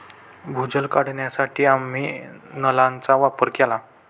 भूजल काढण्यासाठी आम्ही नळांचा वापर केला